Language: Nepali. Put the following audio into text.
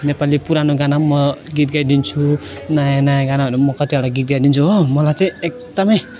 नेपाली पुरानो गाना पनि म गीत गाइदिन्छु नयाँ नयाँ गानाहरू पनि म कतिवटा गीत गाइदिन्छु हो मलाई चाहिँ एकदमै